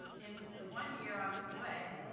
in the one year i was away,